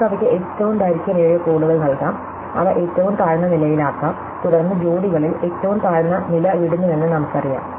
നമുക്ക് അവയ്ക്ക് ഏറ്റവും ദൈർഘ്യമേറിയ കോഡുകൾ നൽകാം അവ ഏറ്റവും താഴ്ന്ന നിലയിലാക്കാം തുടർന്ന് ജോഡികളിൽ ഏറ്റവും താഴ്ന്ന നില വിടുന്നുവെന്ന് നമുക്കറിയാം